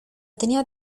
tenía